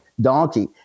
donkey